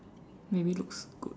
maybe looks good